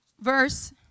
verse